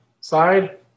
side